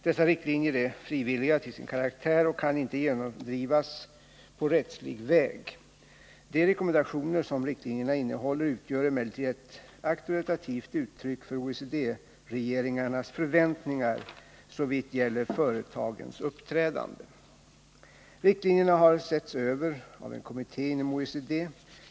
Dessa riktlinjer är frivilliga till sin karaktär och kan inte genomdrivas på rättslig väg. De rekommendationer som riktlinjerna innehåller utgör emellertid ett auktoritativt uttryck för OECD-regeringarnas förväntningar såvitt gäller företagens uppträdande. Riktlinjerna har setts över av en kommitté inom OECD.